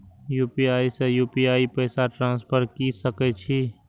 UPI से UPI पैसा transfer की सके छी?